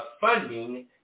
funding